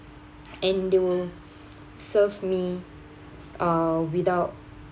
and they will serve me uh without